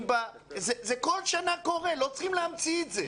זה כל שנה קורה, לא צריכים להמציא את זה.